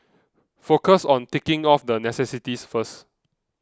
focus on ticking off the necessities first